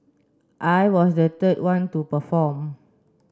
I was the third one to perform